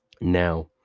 now